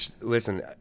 Listen